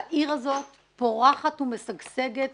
העיר הזאת פורחת ומשגשגת